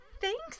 thanks